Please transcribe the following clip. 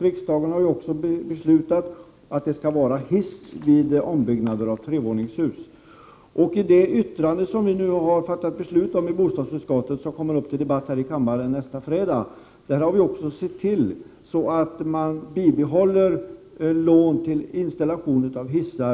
Riksdagen har ju beslutat att hiss skall installeras vid ombyggnad av hus med minst tre våningar. I det yttrande som vi har fattat beslut om i bostadsutskottet, och som kommer att behandlas i kammaren nästa fredag, anges att lån med den låga räntan skall utgå för installation av hissar.